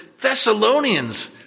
Thessalonians